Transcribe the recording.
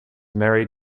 married